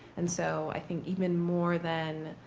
and so i think even more than